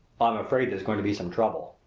i'm afraid there's going to be some trouble,